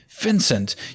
Vincent